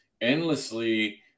endlessly